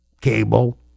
cable